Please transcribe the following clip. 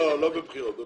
מה